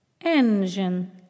engine